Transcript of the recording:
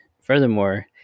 Furthermore